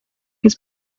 his